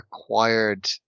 acquired